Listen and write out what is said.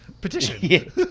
petition